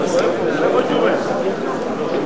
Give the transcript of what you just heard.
חברי חברי הכנסת,